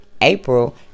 April